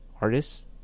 artists